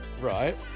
Right